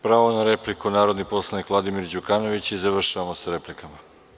Pravo na repliku, narodni poslanik Vladimir Đukanović i završavamo sa replikama.